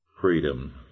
freedom